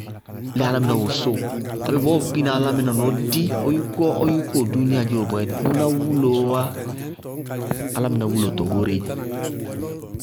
Bɔɔɔ lɛ álámɩná wosóo abéé bɔɔɔ kpina álámɩná na ɔ di ɔ yúkú ɔ dúúnia dziró bɔɔyɛnɩ, ŋʋná wuloó wá. Álámɩná wúlotɔ goóreé dzɛ.